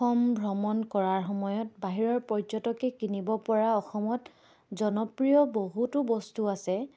অসম ভ্ৰমণ কৰাৰ সময়ত বাহিৰৰ পৰ্যটকে কিনিব পৰা অসমত জনপ্ৰিয় বহুতো বস্তু আছে